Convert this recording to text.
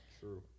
True